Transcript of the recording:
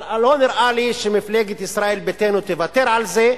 אבל לא נראה לי שמפלגת ישראל ביתנו תוותר על זה,